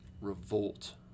revolt